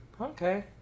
Okay